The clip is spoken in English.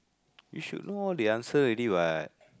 you should know the answer already what